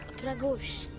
pragosh.